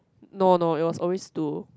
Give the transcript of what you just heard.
no no it was always two